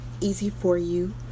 easy-for-you